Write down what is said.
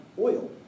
oil